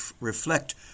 reflect